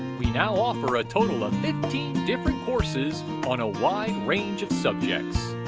we now offer a total of fifteen different courses on a wide range of subjects.